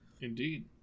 Indeed